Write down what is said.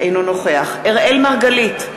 אינו נוכח אראל מרגלית,